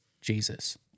Jesus